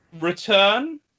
return